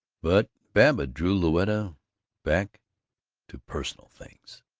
but babbitt drew louetta back to personal things